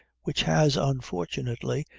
which has, unfortunately,